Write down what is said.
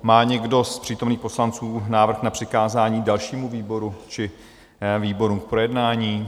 Má někdo z přítomných poslanců návrh na přikázání dalšímu výboru či výborům k projednání?